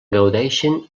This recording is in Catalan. gaudeixen